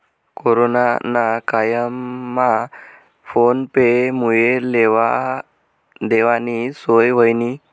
corona ना कायमा phone पे मुये लेवा देवानी सोय व्हयनी